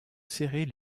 serrés